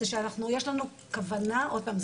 יש לנו כוונה עוד פעם,